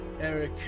Eric